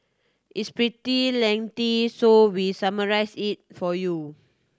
it's pretty lengthy so we summarised it for you